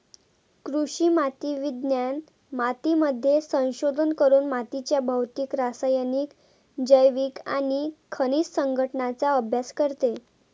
कृषी माती विज्ञान मातीमध्ये संशोधन करून मातीच्या भौतिक, रासायनिक, जैविक आणि खनिज संघटनाचा अभ्यास करते